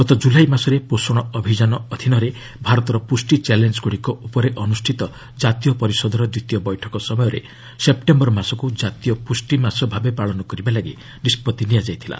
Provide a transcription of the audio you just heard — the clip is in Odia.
ଗତ ଜୁଲାଇ ମାସରେ ପୋଷଣ ଅଭିଯାନ ଅଧୀନରେ ଭାରତର ପୁଷ୍ଟି ଚ୍ୟାଲେଞ୍ଜଗୁଡ଼ିକ ଉପରେ ଅନୁଷ୍ଠିତ ଜାତୀୟ ପରିଷଦର ଦ୍ୱିତୀୟ ବୈଠକ ସମୟରେ ସେପ୍ଟେମ୍ବର ମାସକୁ ଜାତୀୟ ପୁଷ୍ଟି ମାସ ଭାବେ ପାଳନ କରିବାଲାଗି ନିଷ୍ପଭି ନିଆଯାଇଥିଲା